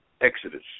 Exodus